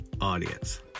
audience